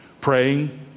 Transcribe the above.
praying